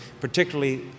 particularly